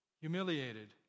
humiliated